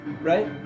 right